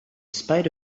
spite